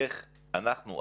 איך אנחנו,